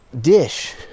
dish